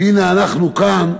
והנה אנחנו כאן,